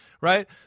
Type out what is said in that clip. right